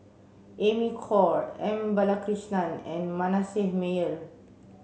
Amy Khor M Balakrishnan and Manasseh Meyer